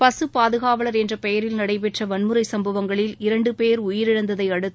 பசு பாதுகாவலர் என்ற பெயரில் நடைபெற்ற வன்மறை சம்பவங்களில் இரண்டு பேர் உயிரிழந்ததை அடுத்து